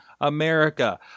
America